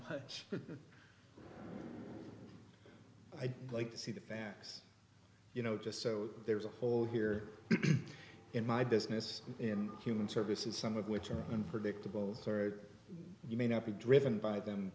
but i'd like to see the facts you know just so there's a hole here in my business in human services some of which are unpredictable you may not be driven by them